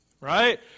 Right